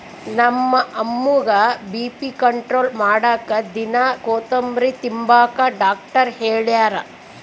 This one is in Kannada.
ನಮ್ಮ ಅಮ್ಮುಗ್ಗ ಬಿ.ಪಿ ಕಂಟ್ರೋಲ್ ಮಾಡಾಕ ದಿನಾ ಕೋತುಂಬ್ರೆ ತಿಂಬಾಕ ಡಾಕ್ಟರ್ ಹೆಳ್ಯಾರ